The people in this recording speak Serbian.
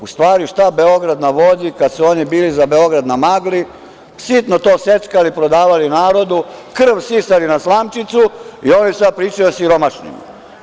U stvari, šta „Beograd na vodi“ kad su oni bili za Beograd na magli, sitno to seckali i prodavali narodu, krv sisali na slamčicu i ovde sad pričaju o siromašnima.